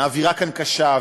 האווירה כאן קשה,